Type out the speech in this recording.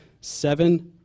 seven